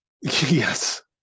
yes